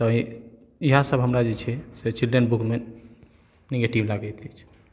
इएह सब हमरा जे छै चिल्ड्रन बुकमे निगेटिव लागैत अछि